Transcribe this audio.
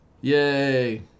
Yay